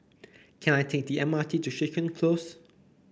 can I take the M R T to Crichton Close